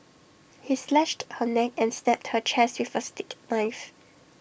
he slashed her neck and stabbed her chest with A steak knife